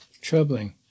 troubling